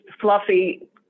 fluffy